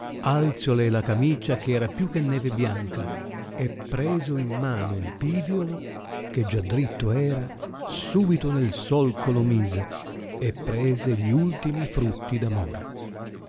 alziòle la camicia eh era più che neve bianca e preso in mano il piviolo che già dritto era subito nel solco lo mise e prese gli ultimi frutti d amore